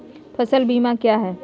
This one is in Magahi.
फ़सल बीमा क्या है?